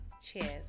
cheers